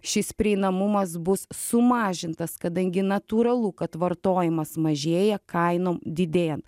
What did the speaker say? šis prieinamumas bus sumažintas kadangi natūralu kad vartojimas mažėja kainom didėjant